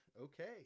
Okay